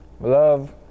Love